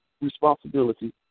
responsibility